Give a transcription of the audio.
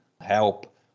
help